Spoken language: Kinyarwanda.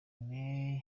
may